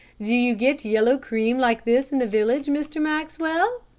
do you get yellow cream like this in the village, mr. maxwell?